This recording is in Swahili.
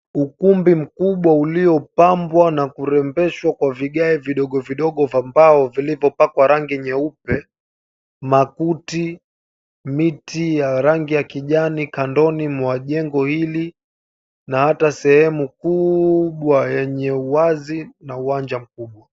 Ukumbi mkubwa uliopambwa kwa vigae vidogo vidogo vya mbao vilivyo pakwa rangi nyeupe. Makuti, miti ya rangi ya kijani kandoni mwa jengo hili na hata sehemu kubwa yenye uwazi na uwanja mkubwa.